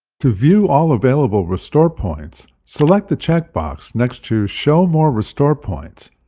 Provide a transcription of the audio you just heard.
to view all available restore points, select the check box next to show more restore points,